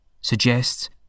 suggests